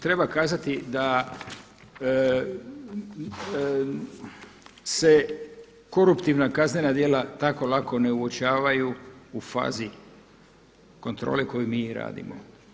Treba kazati da se koruptivna kaznena djela tako lako ne uočavaju u fazi kontrole koju mi radimo.